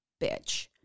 bitch